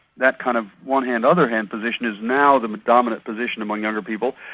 that kind of one hand other hand position is now the dominant position among younger people,